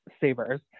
Savers